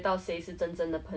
something that